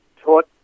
taught